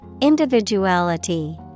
individuality